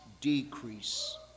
decrease